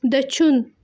دٔچھُن